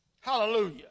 Hallelujah